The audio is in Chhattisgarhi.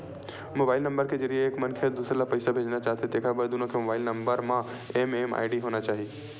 मोबाइल नंबर के जरिए एक मनखे ह दूसर ल पइसा भेजना चाहथे तेखर बर दुनो के मोबईल नंबर म एम.एम.आई.डी होना चाही